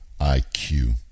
IQ